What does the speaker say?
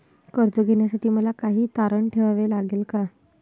कर्ज घेण्यासाठी मला काही तारण ठेवावे लागेल का?